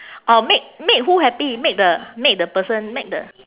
or make make who happy make the make the person make the